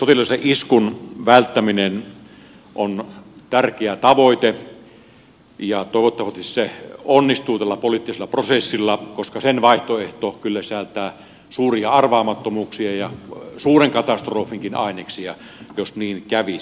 sotilaallisen iskun välttäminen on tärkeä tavoite ja toivottavasti se onnistuu tällä poliittisella prosessilla koska sen vaihtoehto kyllä sisältää suuria arvaamattomuuksia ja suuren katastrofinkin aineksia jos niin kävisi